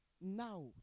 now